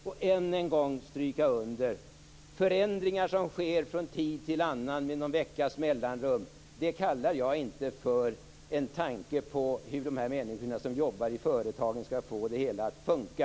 Än en gång vill jag stryka under att förändringar som sker från tid till annan med någon veckas mellanrum, innebär inte att man tänker på hur de människor som jobbar i företagen skall få det hela att funka.